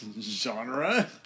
Genre